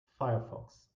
firefox